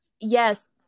Yes